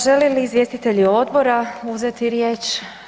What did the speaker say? Žele li izvjestitelji odbora uzeti riječ?